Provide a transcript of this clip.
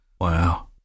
Wow